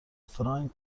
فرانک